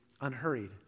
unhurried